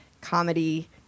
comedy